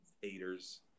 haters